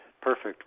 Perfect